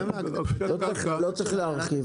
אם אני זוכר נכון,